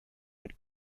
but